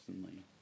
personally